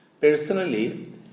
Personally